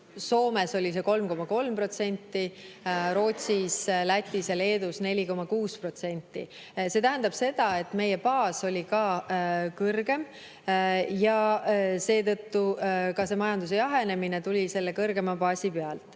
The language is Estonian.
Soomes oli see 3,3%, Rootsis, Lätis ja Leedus 4,6%. See tähendab seda, et meie baas oli kõrgem ja seetõttu ka majanduse jahenemine tuli selle kõrgema baasi pealt. Te